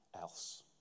else